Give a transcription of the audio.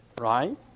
right